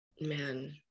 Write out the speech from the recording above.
man